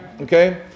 Okay